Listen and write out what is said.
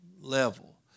level